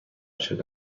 شده